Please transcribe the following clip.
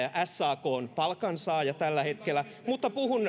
sakn palkansaaja tällä hetkellä mutta puhun